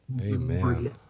Amen